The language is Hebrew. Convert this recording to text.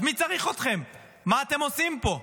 אז מי צריך אתכם, מה אתם עושים פה?